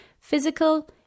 physical